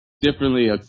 differently